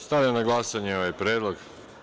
Stavljam na glasanje ovaj predlog.